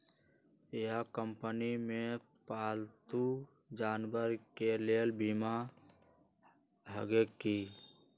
इहा कंपनी में पालतू जानवर के लेल बीमा हए कि?